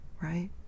right